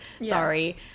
Sorry